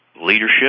Leadership